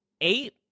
Eight